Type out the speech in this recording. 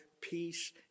Peace